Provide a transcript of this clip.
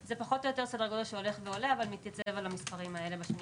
זה פחות או יותר סדר גודל שהולך ועולה אבל מתייצב על המספרים האלה בשנים